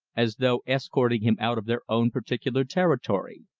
as though escorting him out of their own particular territory.